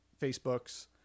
Facebooks